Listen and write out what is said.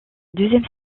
deuxième